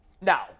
Now